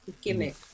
Gimmick